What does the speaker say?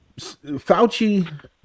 Fauci